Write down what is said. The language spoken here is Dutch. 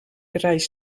reis